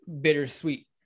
bittersweet